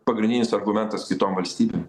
pagrindinis argumentas kitom valstybėm